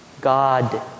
God